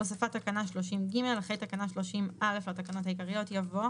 הוספת תקנה 30ג אחרי תקנה 30א לתקנות העיקריות יבוא: